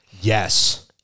yes